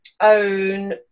own